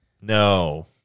No